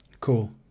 Cool